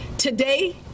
Today